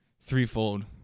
threefold